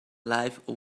life